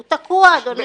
הוא תקוע, אדוני.